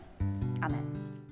Amen